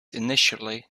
initially